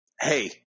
hey